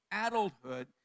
adulthood